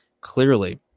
clearly